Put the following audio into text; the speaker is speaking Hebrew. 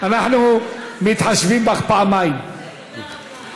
אנחנו מתחשבים בך פעמיים, תודה רבה.